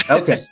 Okay